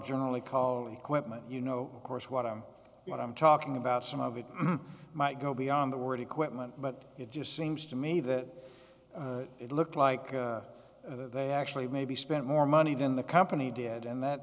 generally call equipment you know course what i'm what i'm talking about some of it might go beyond the word equipment but it just seems to me that it looked like they actually maybe spent more money than the company did and that